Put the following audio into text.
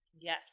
Yes